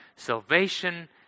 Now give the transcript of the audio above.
Salvation